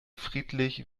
friedlich